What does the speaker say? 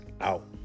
out